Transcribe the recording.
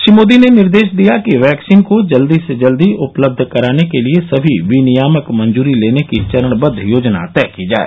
श्री मोदी ने निर्देश दिया कि वैक्सीन को जल्दी से जल्दी उपलब्ध कराने के लिए समी विनियामक मंजूरी लेने की चरणबद्द योजना तय की जाए